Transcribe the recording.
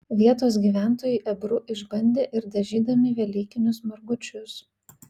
vietos gyventojai ebru išbandė ir dažydami velykinius margučius